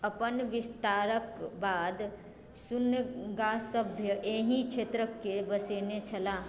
अपन विस्तारक बाद सुन्गासभ्य एहि क्षेत्रकेँ बसेने छलाह